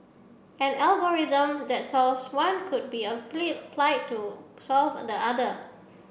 an algorithm that solves one could be applied to solve the other